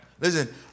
Listen